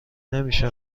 نمیشه